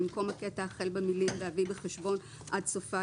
במקום הקטע החל במילים "בהביא בחשבון" עד סופה